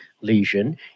lesion